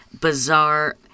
bizarre